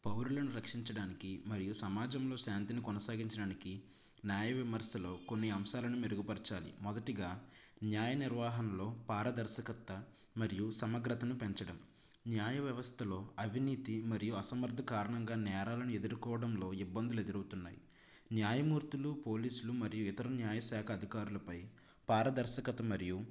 పౌరులను రక్షించడానికి మరియు సమాజంలో శాంతిని కొనసాగించడానికి న్యాయ విమర్శలు కొన్ని అంశాలను మెరుగుపరచాలి మొదటిగా న్యాయనిర్వాహంలో పారదర్శకత మరియు సమగ్రతను పెంచడం న్యాయవ్యవస్థలో అవినీతి మరియు అసమర్ధ కారణంగా నేరాలను ఎదుర్కోవడంలో ఇబ్బందులు ఎదురవుతున్నాయి న్యాయమూర్తులు పోలీసులు మరియు ఇతర న్యాయశాఖ అధికారులపై పారదర్శకత మరియు